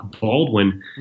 Baldwin